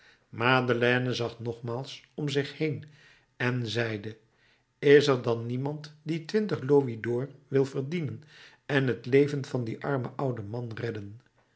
madeleine zag nogmaals om zich en zeide is er dan niemand die twintig louis d'or wil verdienen en het leven van dien armen ouden man redden